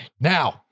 Now